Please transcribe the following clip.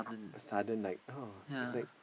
sudden like oh it's like